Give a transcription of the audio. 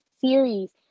series